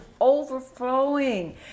overflowing